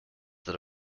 that